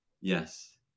Yes